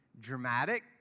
dramatic